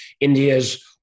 India's